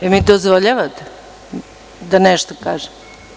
Jel mi dozvoljavate da nešto kažem?